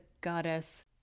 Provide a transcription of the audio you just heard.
goddess